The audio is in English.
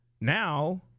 now